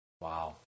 Wow